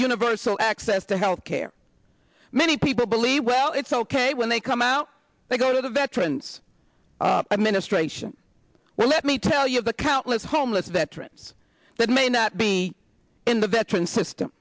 universal access to health care many people believe well it's ok when they come out they go to the veterans a ministration well let me tell you of the countless homeless veterans that may not be in the veterans system